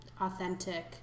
authentic